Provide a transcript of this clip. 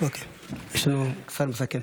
לנו שר מסכם.